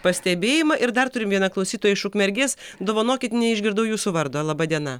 pastebėjimą ir dar turim vieną klausytoją iš ukmergės dovanokit neišgirdau jūsų vardo laba diena